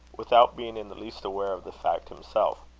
without being in the least aware of the fact himself.